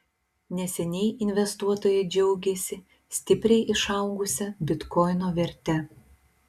neseniai investuotojai džiaugėsi stipriai išaugusia bitkoino verte